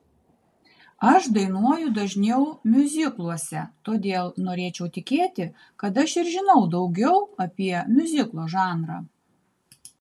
aš dainuoju dažniau miuzikluose todėl norėčiau tikėti kad aš ir žinau daugiau apie miuziklo žanrą